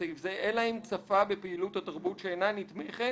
בסעיף זה אלא אם צפה בפעילות התרבות שאינה נתמכת